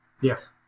Yes